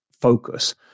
focus